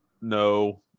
no